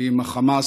עם החמאס.